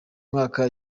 mwaka